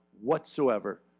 whatsoever